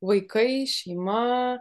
vaikai šeima